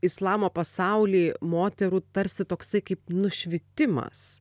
islamo pasauly moterų tarsi toksai kaip nušvitimas